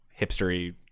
hipstery